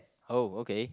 oh okay